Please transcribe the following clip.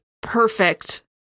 perfect